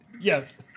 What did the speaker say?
Yes